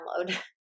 download